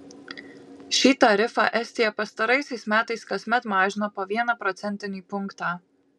šį tarifą estija pastaraisiais metais kasmet mažino po vieną procentinį punktą